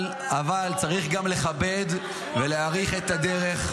----- אבל צריך גם לכבד ולהעריך את הדרך,